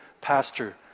pastor